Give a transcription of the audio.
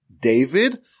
David